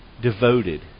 devoted